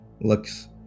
looks